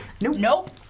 Nope